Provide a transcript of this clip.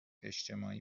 اجتماعی